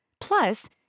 Plus